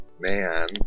Man